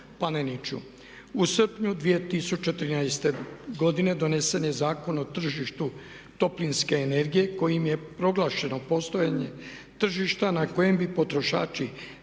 U srpnju 2013. godine donesen je Zakon o tržištu toplinske energije kojim je proglašeno postojanje tržišta na kojem bi potrošači